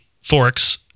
forks